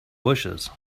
bushes